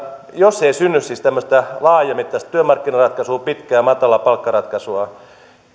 jos ei synny siis tämmöistä laajamittaista työmarkkinaratkaisua pitkää matalapalkkaratkaisua